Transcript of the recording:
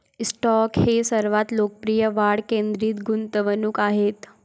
stock हे सर्वात लोकप्रिय वाढ केंद्रित गुंतवणूक आहेत